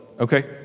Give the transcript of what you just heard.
Okay